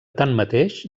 tanmateix